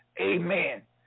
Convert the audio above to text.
Amen